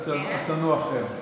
הצאן הוא אחר.